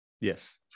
Yes